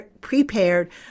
prepared